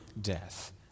death